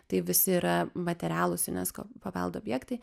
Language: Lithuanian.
tai visi yra materialūs junesko paveldo objektai